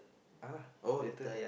uh later